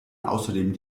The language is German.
außerdem